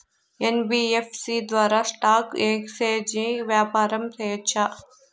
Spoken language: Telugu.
యన్.బి.యఫ్.సి ద్వారా స్టాక్ ఎక్స్చేంజి వ్యాపారం సేయొచ్చా?